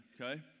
okay